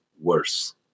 worse